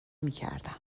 میکردم